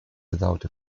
without